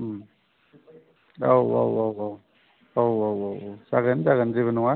उम औ औ औ औ औ औ औ औ जागोन जागोन जेबो नङा